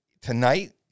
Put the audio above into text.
tonight